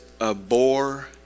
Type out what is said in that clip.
Abhor